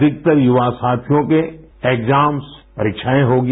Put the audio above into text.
अधिकतर युवा साथियों के एग्जााम्स परिक्षाए होंगी